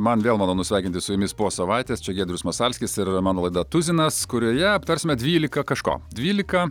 man vėl malonu sveikintis su jumis po savaitės čia giedrius masalskis ir mano laida tuzinas kurioje aptarsime dvylika kažko dvylika